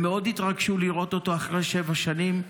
הם מאוד התרגשו לראות אותו אחרי שבע שנים.